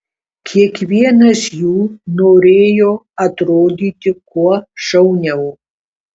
kiekvienas jų norėjo atrodyti kuo šauniau